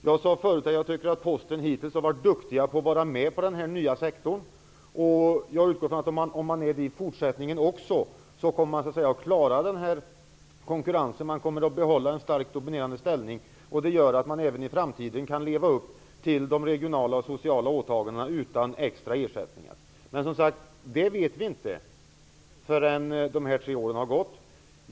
Jag sade förut att jag tycker att man inom Posten hittills har varit duktig på att delta inom den här nya sektorn, och jag utgår från att man, om man också i fortsättningen är duktig på detta, kommer att klara konkurrensen och kunna behålla en starkt dominerande ställning. På så sätt kommer man även i framtiden att kunna leva upp till de regionala och sociala åtagandena utan extra ersättningar. Men som sagt: Detta vet vi inte förrän de tre åren har gått.